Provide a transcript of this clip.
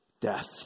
death